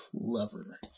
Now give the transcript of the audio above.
clever